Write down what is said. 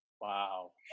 Wow